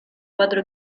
cuatro